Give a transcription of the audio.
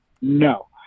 No